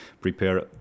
prepare